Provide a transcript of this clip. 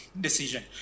Decision